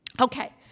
Okay